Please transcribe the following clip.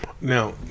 Now